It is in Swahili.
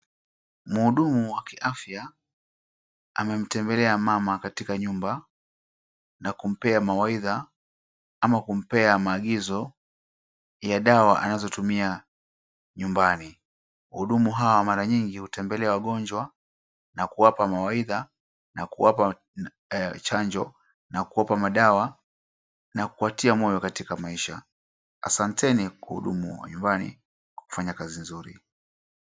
Mhudumu wa kiafya amemtembelea mama katika nyumba na kumpea mawaidha ama kumpea maagizo ya dawa anazotumia nyumbani. Wahudumu hawa mara nyingi hutembelea wagonjwa na kuwapa mawaidha na kuwapa chanjo na kuwapa madawa na kuwatia moyo katika maisha. Asanteni wahudumu wa nyumbani kwa kufanya kazi nzuri.